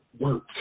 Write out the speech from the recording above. work